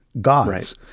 gods